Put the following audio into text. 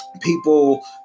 people